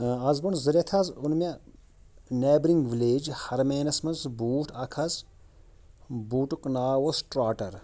اَز برٛونٛٹھ زٕ رٮ۪تھ حظ ووٚن مےٚ نیبرِنٛگ وِلیج ہرمینَس منٛز بوٗٹھ اَکھ حظ بوٗٹُک ناو اوس ٹرٛاٹَر